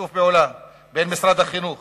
בין משרד החינוך